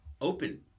open